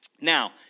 Now